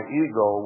ego